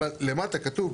אבל למטה כתוב,